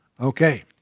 Okay